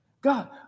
God